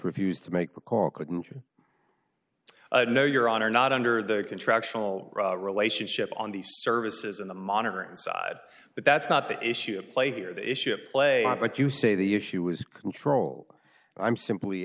refuse to make the call couldn't you know your honor not under the contractual relationship on the services in the monitor inside but that's not the issue play here the issue at play but you say the issue is control i'm simply